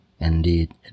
Indeed